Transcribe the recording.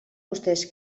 vostès